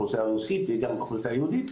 האוכלוסייה הרוסית וגם האוכלוסייה היהודית,